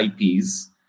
IPs